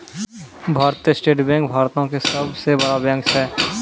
भारतीय state bank भारतो के सभ से बड़ा बैंक छै